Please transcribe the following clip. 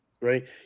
right